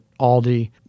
Aldi